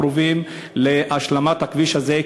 הקרובים להשלמת הכביש הזה,